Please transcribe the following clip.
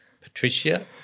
Patricia